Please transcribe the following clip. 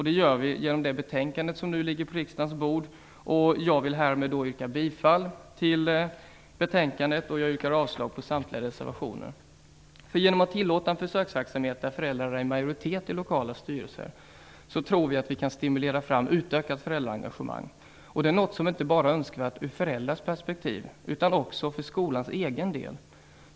Det gör vi genom det betänkande som nu ligger på riksdagens bord. Jag vill härmed yrka bifall till utskottets hemställan och avslag på samtliga reservationer. Genom att tillåta en försöksverksamhet där föräldrar är i majoritet i lokala styrelser tror vi att vi kan stimulera fram ett utökat föräldraengagemang. Det är något som inte bara är önskvärt ur föräldrars perspektiv utan också för skolans egen del.